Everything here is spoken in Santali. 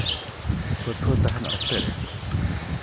ᱯᱟᱹᱴᱷᱩᱣᱟᱹ ᱛᱟᱦᱮᱱ ᱚᱠᱛᱮ ᱨᱮ